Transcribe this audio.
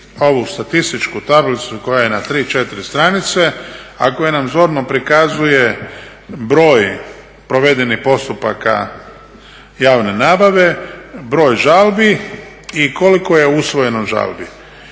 ovu statističku tablicu koja je na tri, četiri stranice a koja nam zorno prikazuje broj provedenih postupaka javne nabave, broj žalbi i koliko je usvojeno žalbi.